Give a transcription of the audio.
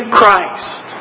Christ